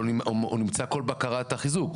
אבל הוא נמצא כל בקרת החיזוק.